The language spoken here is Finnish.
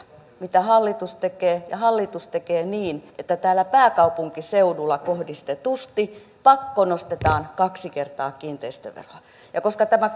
mitä hallitus tekee ja hallitus tekee niin että täällä pääkaupunkiseudulla kohdistetusti pakkonostetaan kaksi kertaa kiinteistöveroa ja koska tämä